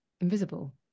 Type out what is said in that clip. invisible